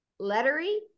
Lettery